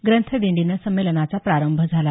ग्रंथदिंडीनं संमेलनाचा प्रारंभ झाला